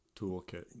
toolkit